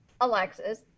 alexis